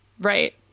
Right